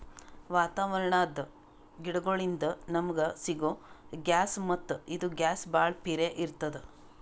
ವಾತಾವರಣದ್ ಗಿಡಗೋಳಿನ್ದ ನಮಗ ಸಿಗೊ ಗ್ಯಾಸ್ ಮತ್ತ್ ಇದು ಗ್ಯಾಸ್ ಭಾಳ್ ಪಿರೇ ಇರ್ತ್ತದ